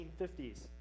1950s